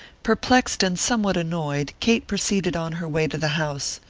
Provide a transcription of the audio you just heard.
perplexed and somewhat annoyed, kate proceeded on her way to the house.